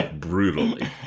brutally